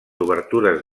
obertures